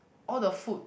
all the food